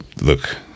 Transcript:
look